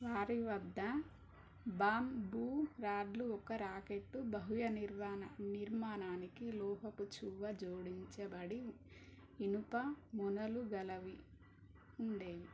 వారి వద్ద బామ్బూ రాడ్లు ఒక రాకెట్టు బాహువ్య నిర్వాణ నిర్మాణానికి లోహపుచువ్వ జోడించబడి ఇనుప మొనలు గలవి ఉండేవి